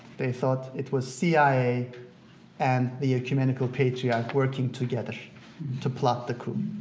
they thought it was cia and the ecumenical patriarch, working together to plot the coup.